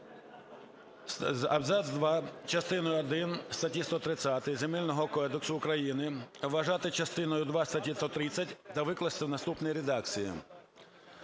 Абзац два частини один статті 130 Земельного кодексу України вважати частиною два статті 130 та викласти у наступній редакції: